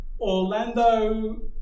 orlando